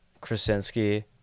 Krasinski